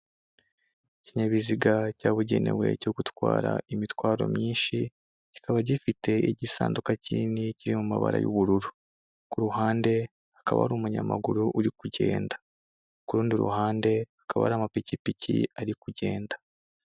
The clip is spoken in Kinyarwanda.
Ikinyabiziga cyabugenewe cyo gutwara imitwaro myinshi, kikaba gifite igisanduka kinini kiri mu mabara y'ubururu, ku ruhande hakaba hari umunyamaguru uri kugenda, ku rundi ruhande hakaba hari amapikipiki ari kugenda.